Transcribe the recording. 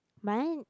but then